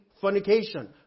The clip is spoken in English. fornication